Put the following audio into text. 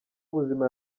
ubuzima